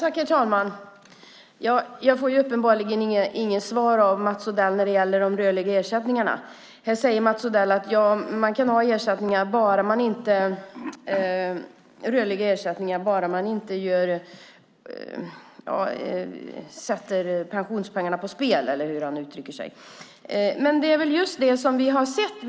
Herr talman! Jag får uppenbarligen inget svar av Mats Odell när det gäller de rörliga ersättningarna. Här säger Mats Odell att man kan ha rörliga ersättningar bara man inte sätter pensionspengarna på spel, eller hur han uttrycker sig. Det är väl just det som vi har sett.